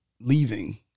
Leaving